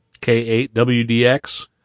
K8WDX